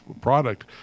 product